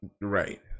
Right